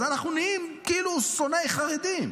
אז אנחנו נהיים כאילו שונאי חרדים.